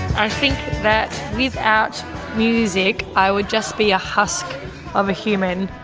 i think that without music i would just be a husk of a human.